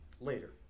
later